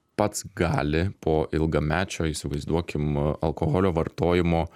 pats gali po ilgamečio įsivaizduokim alkoholio vartojimo